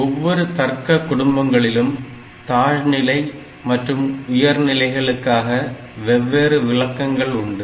ஒவ்வொரு தர்க்க குடும்பங்களிலும் தாழ் நிலை மற்றும் உயர்நிலைகளுக்காக வெவ்வேறு விளக்கங்கள் உண்டு